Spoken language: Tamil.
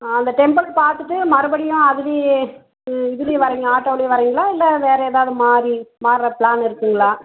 அந்த டெம்புள் பார்த்துட்டு மறுபடியும் அதில் இதில் வரிங்க ஆட்டோவில் வர்றீங்களா இல்லை வேறு ஏதாவது மாதிரி மாறுகிற பிளான் இருக்குதுங்களா